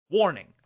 Warning